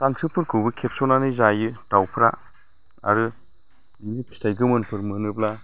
गांसोफोरखौबो खेबस'नानै जायो दाउफ्रा आरो बिनि फिथाइ गोमोनफोर मोनोब्ला